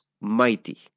mighty